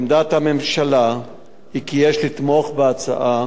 עמדת הממשלה היא כי יש לתמוך בהצעה,